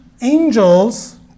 angels